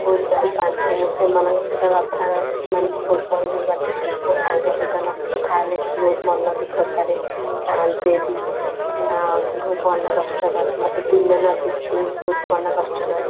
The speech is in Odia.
ବହୁତ ଭଲ ପାଆନ୍ତି ଏବଂ ସେମାନଙ୍କ ସହିତ କଥା ନହେଲେ ସେମାନେ ବି ବହୁତ ମନଦୁଃଖ କରିଥାନ୍ତି ମୋ ସାଙ୍ଗ ସହିତ ନ କଥା ହେଲେ ସେ ବହୁତ ମନ ଦୁଃଖ କରେ କାନ୍ଦେ ବି ଏଇଆ ସେ ବହୁତ ମନ କଷ୍ଟ କରେ ମୋତେ ଦିନେ ନ ଦେଖିଲେ ବହୁତ ମନ କଷ୍ଟ କରେ